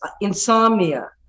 insomnia